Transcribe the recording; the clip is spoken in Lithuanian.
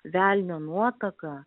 velnio nuotaka